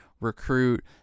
recruit